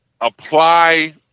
apply